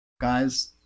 Guys